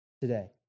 today